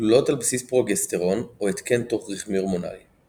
גלולות על בסיס פרוגסטרון / התקן תוך רחמי הורמונלי –